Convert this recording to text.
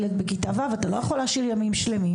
ילד בכיתה ו' אתה לא יכול להשאירם ימים שלמים.